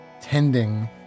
tending